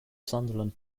sunderland